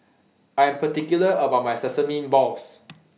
I Am particular about My Sesame Balls